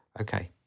Okay